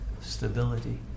stability